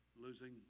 losing